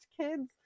kids